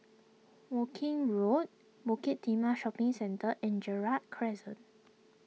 Woking Road Bukit Timah Shopping Centre and Gerald Crescent